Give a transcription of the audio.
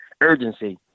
urgency